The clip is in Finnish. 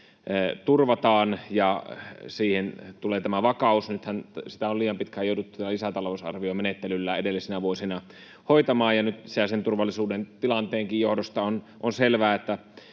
turvataan ja siihen tulee tämä va-kaus. Nythän sitä on liian pitkään jouduttu lisätalousarviomenettelyllä edellisinä vuosina hoitamaan, ja nyt sisäisen turvallisuuden tilanteenkin johdosta on selvää, että